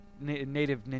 Native